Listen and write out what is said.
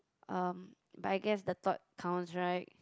um but I guess the thought counts right